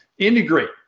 integrate